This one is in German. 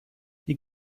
die